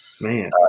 Man